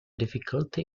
difficulty